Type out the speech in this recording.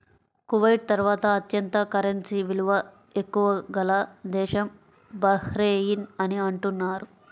Kuwait తర్వాత అత్యంత currency విలువ ఎక్కువ గల దేశం బహ్రెయిన్ అని అంటున్నారు